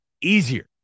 easier